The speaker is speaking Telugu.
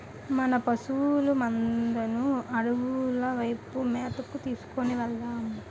మన పశువుల మందను అడవుల వైపు మేతకు తీసుకు వెలదాం